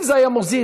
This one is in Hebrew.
אם זה היה מוזיל,